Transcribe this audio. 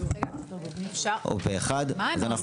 הצבעה בעד, 3 נגד, 0 נמנעים, 0 אושר.